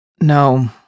No